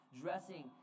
dressing